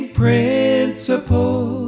principle